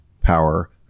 power